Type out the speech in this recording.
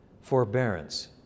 forbearance